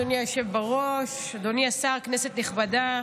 אדוני היושב בראש, אדוני השר, כנסת נכבדה,